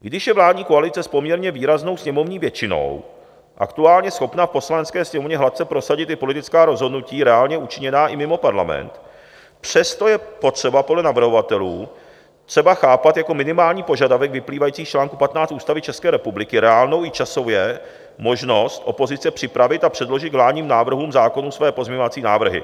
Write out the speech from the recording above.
I když je vládní koalice s poměrně výraznou sněmovní většinou aktuálně schopna v Poslanecké sněmovně hladce prosadit i politická rozhodnutí reálně učiněná i mimo Parlament, přesto je podle navrhovatelů třeba chápat jako minimální požadavek vyplývající z čl. 15 Ústavy České republiky reálnou, i časově, možnost opozice připravit a předložit k vládním návrhům zákonů své pozměňovací návrhy.